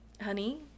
honey